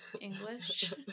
English